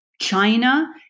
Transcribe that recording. China